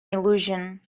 illusion